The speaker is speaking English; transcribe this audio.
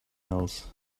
else